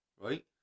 Right